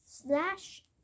Slash